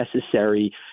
necessary